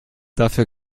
dafür